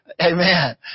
Amen